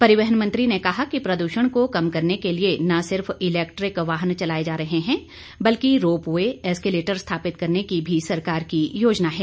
परिवहन मंत्री ने कहा कि प्रद्षण को कम करने के लिए न सिर्फ इलेक्ट्रिक वाहन चलाए जा रहे हैं बल्कि रोप वे एस्केलटर स्थापित करने की भी सरकार की योजना है